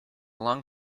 long